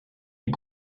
est